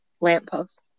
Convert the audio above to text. lamppost